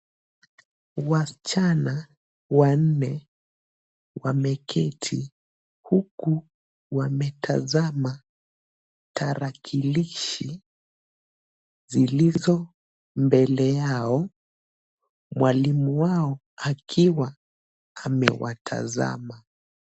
Wasichana wanne wameketi huku wametazama tarakilishi zilizo mbele yao mwalimu wao akiwa amewatazama.